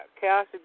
Chaos